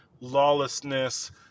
lawlessness